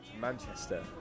Manchester